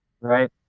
Right